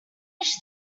each